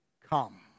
come